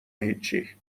هیچی